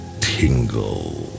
tingle